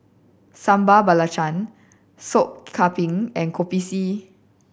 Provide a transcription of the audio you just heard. Sambal Belacan Sop Kambing and Kopi C